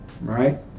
right